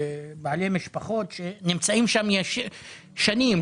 בעלי משפחות שנמצאים שם שנים,